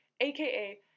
aka